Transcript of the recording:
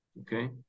okay